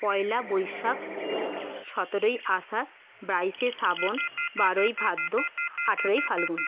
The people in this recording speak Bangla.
পয়লা বৈশাখ সতেরোই আষাঢ় বাইশে শ্রাবণ বারোই ভাদ্র আঠারোই ফাল্গুন